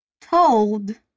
told